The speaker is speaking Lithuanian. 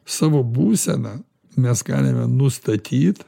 savo būseną mes galime nustatyt